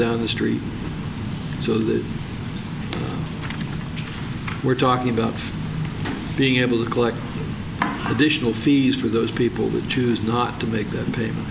down the street so that we're talking about being able to collect additional fees for those people that choose not to make that pa